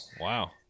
Wow